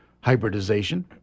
hybridization